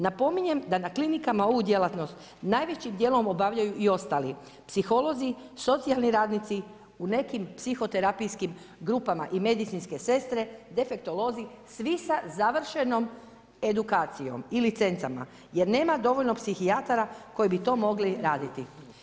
Napominjem da na klinikama ovu djelatnost najvećim dijelom obavljaju i ostali, psiholozi, socijalni radnici, u nekim psihoterapijskim grupama i medicinske sestre, defektolozi svi sa završenom edukacijom i licencama jer nema dovoljno psihijatara koji bi to mogli raditi.